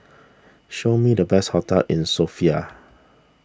show me the best hotels in Sofia